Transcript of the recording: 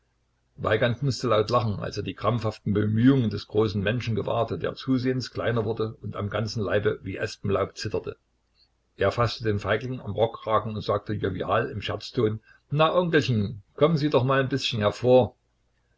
weigand mußte laut lachen als er die krampfhaften bemühungen des großen menschen gewahrte der zusehends kleiner wurde und am ganzen leibe wie espenlaub zitterte er faßte den feigling am rockkragen und sagte jovial im scherzton na onkelchen kommen sie doch mal n bißchen hervor